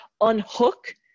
unhook